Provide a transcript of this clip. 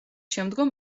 შემდგომ